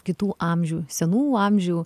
kitų amžių senų amžių